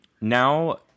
now